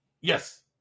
yes